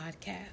podcast